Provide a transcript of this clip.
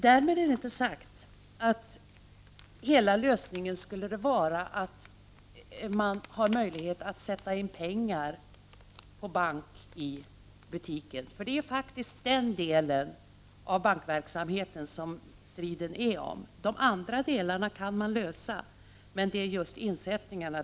Därmed inte sagt att hela lösningen skulle vara att man får möjligheter att sätta in pengar på bank i butiken. Det är faktiskt den delen av bankverksamheten som striden gäller. De andra delarna kan lösas, men problemet är just insättningarna.